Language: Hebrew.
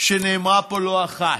שנאמרה פה לא אחת: